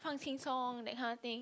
放轻松：fang qing song that kind of thing